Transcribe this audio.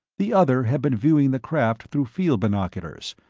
the other had been viewing the craft through field binoculars,